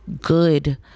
good